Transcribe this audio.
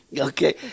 okay